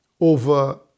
over